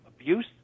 abuse